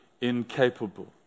incapable